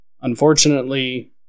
Unfortunately